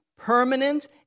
Permanent